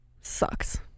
Sucks